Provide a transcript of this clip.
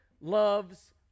loves